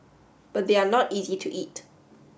but they are not easy to eat